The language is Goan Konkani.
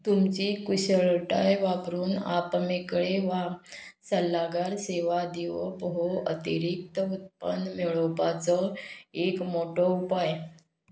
तुमची कुशळटाय वापरून आपमेकळे वा सल्लागार सेवा दिवप हो अतिरिक्त उत्पन्न मेळोवपाचो एक मोटो उपाय